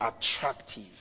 attractive